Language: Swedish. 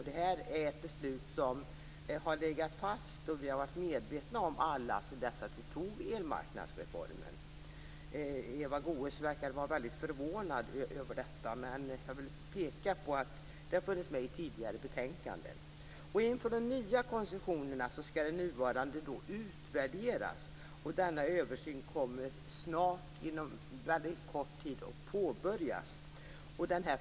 Detta är ett beslut som har legat fast och som vi alla har varit medvetna om sedan dess att elmarknadsreformen antogs. Eva Goës verkade vara väldigt förvånad över detta, men jag vill peka på att det har funnits med i tidigare betänkanden. Inför de nya koncessionerna skall de nuvarande utvärderas. Denna översyn kommer att påbörjas inom kort.